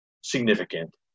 significant